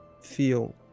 feel